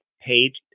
paid